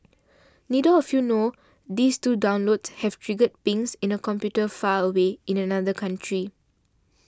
neither of you know these two downloads have triggered pings in a computer far away in another country